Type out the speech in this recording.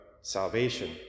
salvation